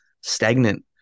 stagnant